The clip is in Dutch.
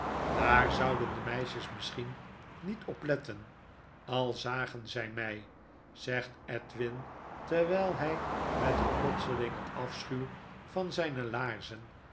daar zouden de meisjes misschien niet op letten al zagen zij my zegt edwin terwijl hy met een plotselingen afschuw van zyne laarzen